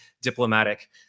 diplomatic